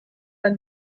ein